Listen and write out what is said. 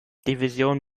division